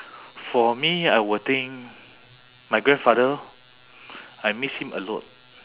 for me I will think my grandfather I miss him a lot